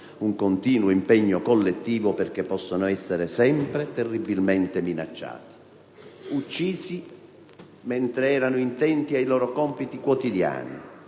un continuo impegno collettivo perché possono essere sempre terribilmente minacciati. Uccisi mentre erano intenti ai loro compiti quotidiani,